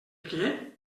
què